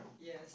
Yes